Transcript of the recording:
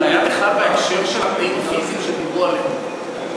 זה היה בכלל בהקשר של התנאים הפיזיים שדיברו עליהם.